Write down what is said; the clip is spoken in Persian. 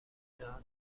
کجا